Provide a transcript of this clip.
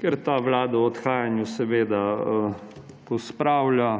ker ta vlada v odhajanju seveda pospravlja,